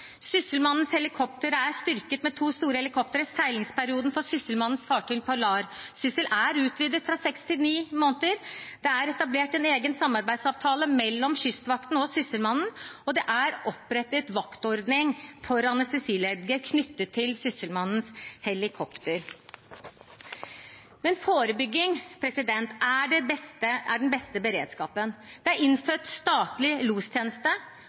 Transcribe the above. Sysselmannens helikoptre er styrket med to store helikoptre. Seilingsperioden for Sysselmannens fartøy «Polarsyssel» er utvidet fra seks til ni måneder. Det er etablert en egen samarbeidsavtale mellom Kystvakten og Sysselmannen, og det er opprettet vaktordning for anestesilege knyttet til Sysselmannens helikopter. Men forebygging er den beste beredskapen. Det er innført statlig lostjeneste